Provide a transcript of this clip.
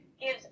gives